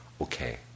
okay